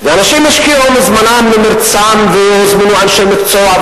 אנשים השקיעו מזמנם וממרצם, והוזמנו אנשי מקצוע.